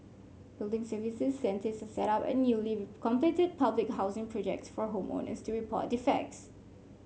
building services centres set up at newly completed public housing projects for home owners to report defects